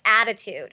attitude